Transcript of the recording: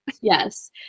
yes